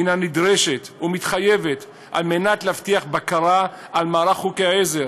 נדרשת ומתחייבת על מנת להבטיח בקרה על מערך חוקי העזר,